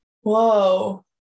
Whoa